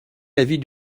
l’avis